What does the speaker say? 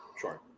sure